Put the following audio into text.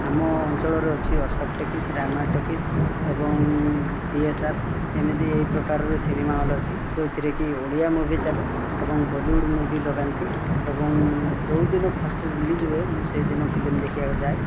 ଆମ ଅଞ୍ଚଳରେ ଅଛି ଅଶୋକ ଟକିଜ୍ ରାମା ଟକିଜ୍ ଏବଂ ପିଏସଆର୍ ଏମିତି ଏହି ପ୍ରକାର ସିମେମା ହଲ୍ ଅଛି ଯୋଉଁଥିରେ କି ଓଡ଼ିଆ ମୁଭି ଚାଲେ ଏବଂ ବଲିଉଡ଼୍ ମୁଭି ଲଗାନ୍ତି ଏବଂ ଯୋଉଁଦିନ ଫାଷ୍ଟ ରିଲିଜ୍ ହୁଏ ମୁଁ ସେଇ ଦିନ ଫିଲ୍ମ ଦେଖିବାକୁ ଯାଏ